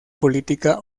política